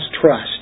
trust